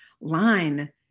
line